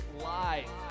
live